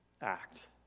act